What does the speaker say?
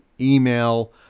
email